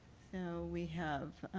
so we have